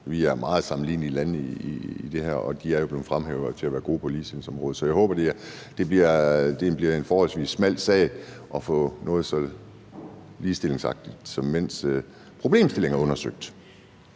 Vi er meget sammenlignelige lande i det her, og de er jo blevet fremhævet til at være gode på ligestillingsområdet. Så jeg håber, det bliver en forholdsvis smal sag at få noget så ligestillingsagtigt som mænds problemstillinger undersøgt.